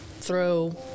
throw